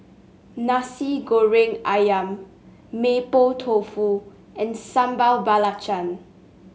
Nasi Goreng ayam Mapo Tofu and Sambal Belacan